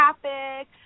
traffic